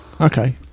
Okay